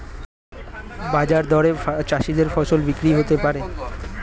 বাজার দরে চাষীদের ফসল বিক্রি হতে পারে